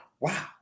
Wow